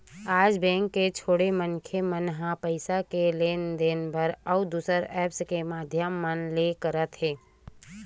आज बेंक के छोड़ मनखे मन ह पइसा के लेन देन बर अउ दुसर ऐप्स के माधियम मन ले करत हे